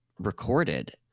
recorded